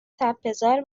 تپهزار